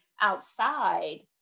outside